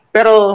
Pero